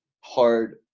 hard